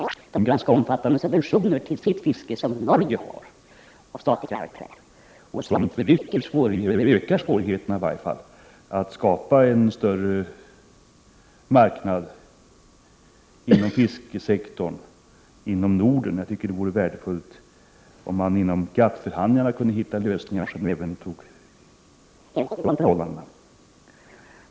Jag erinrar mig inte minst de ganska omfattande subventioner av statlig karaktär till sitt fiske som Norge har och som ökar svårigheterna att skapa en större marknad inom fiskesektorn inom Norden. Det vore värdefullt om man inom GATT-förhandlingarna kunde hitta lösningar som tog hänsyn även till de förhållandena.